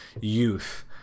youth